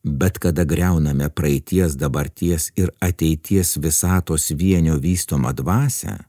bet kada griauname praeities dabarties ir ateities visatos vienio vystomą dvasią